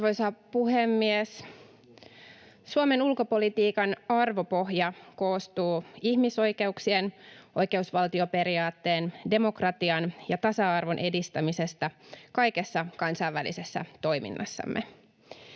Arvoisa puhemies! Suomen ulkopolitiikan arvopohja koostuu ihmisoikeuksien, oikeusvaltioperiaatteen, demokratian ja tasa-arvon edistämisestä kaikessa kansainvälisessä toiminnassamme.